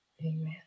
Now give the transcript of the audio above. Amen